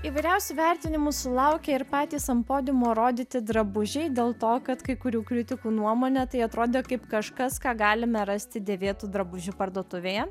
įvairiausių vertinimų sulaukė ir patys ant podiumo rodyti drabužiai dėl to kad kai kurių kritikų nuomone tai atrodė kaip kažkas ką galime rasti dėvėtų drabužių parduotuvėje